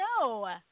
No